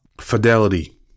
Fidelity